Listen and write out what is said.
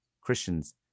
Christians